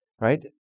right